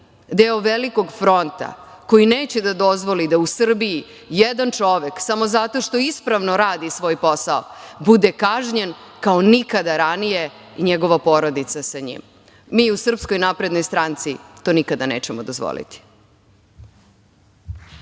deo velikog fronta, koji neće da dozvoli da u Srbiji jedan čovek, samo zato što ispravno radi svoj posao bude kažnjen kao nikada ranije, i njegova porodica sa njim. Mi u SNS, to nikada nećemo dozvoliti.